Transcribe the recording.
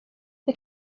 det